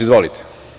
Izvolite.